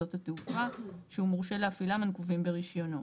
לשדות התעופה שהוא מורשה להפעילם הנקובים ברישיונו.